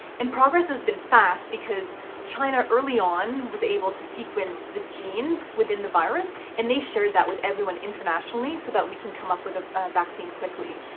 and progress has been fast, because china early on was able to sequence the genes within the virus and they shared that with everyone internationally, so that we can come up with a vaccine quickly.